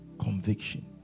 conviction